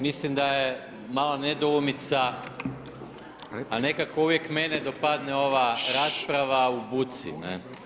Mislim da je mala nedoumica, a nekako uvijek mene dopadne ova rasprava u buci.